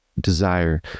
desire